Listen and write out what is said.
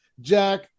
Jack